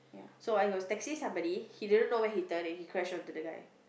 so while he was texting somebody he didn't know where he turn and he crash into the guy